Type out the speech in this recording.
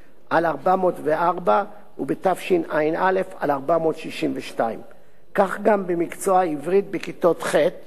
404 ובתשע"א 462. כך גם במקצוע העברית בכיתות ח';